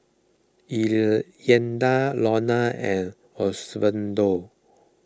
Iyanna Iona and Osvaldo